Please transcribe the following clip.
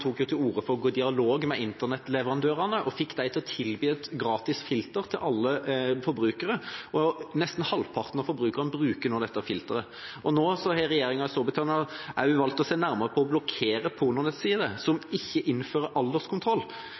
tok til orde for å gå i dialog med internettleverandørene og fikk dem til å tilby gratis filter til alle forbrukere, og nesten halvparten av forbrukerne bruker nå dette filteret. Nå har regjeringa i Storbritannia også valgt å se nærmere på å blokkere pornonettsider som ikke innfører alderskontroll.